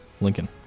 Lincoln